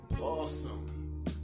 awesome